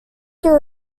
their